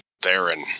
Theron